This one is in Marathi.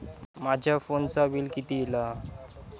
माझ्या फोनचा बिल किती इला?